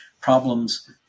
problems